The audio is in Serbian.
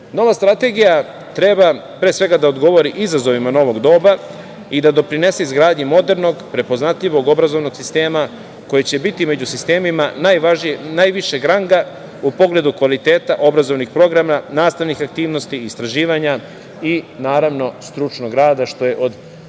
Nova strategija treba, pre svega, da odgovori izazovima novog doba i da doprinese izgradnji modernog, prepoznatljivog obrazovanog sistema koji će biti među sistemima najvišeg ranga u pogledu kvaliteta obrazovnih programa, nastavnih aktivnosti, istraživanja i naravno, stručnog rada, što je od